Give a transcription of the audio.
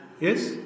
Yes